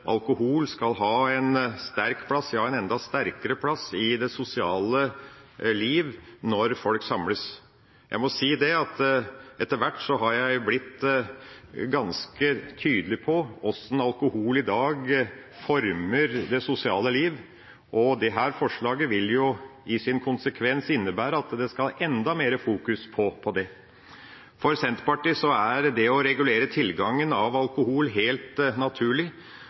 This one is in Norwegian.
alkohol skal ha en sterk plass, ja en enda sterkere plass, i det sosiale liv når folk samles. Jeg må si at etter hvert har jeg blitt ganske tydelig på hvordan alkohol i dag former det sosiale livet, og dette forslaget vil i sin konsekvens innebære at en skal ha enda mer fokus på det. For Senterpartiet er det å regulere tilgangen på alkohol helt naturlig,